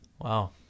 Wow